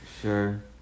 Sure